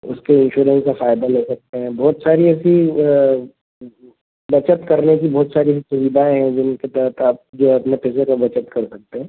उसके इंश्योरेंस का फ़ायदा ले सकते हैं बहुत सारी ऐसी बचत करने की बहुत सारी ऐसी सुविधाएँ हैं जिनके तहत आप जो है अपने पैसे का बचत कर सकते हैं